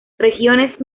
regiones